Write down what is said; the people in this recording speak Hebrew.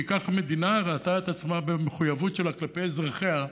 כי כך המדינה ראתה את עצמה במחויבות שלה כלפי אזרחיה.